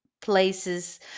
places